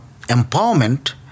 empowerment